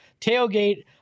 tailgate